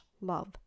love